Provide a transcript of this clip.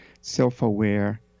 self-aware